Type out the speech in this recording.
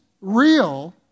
real